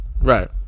right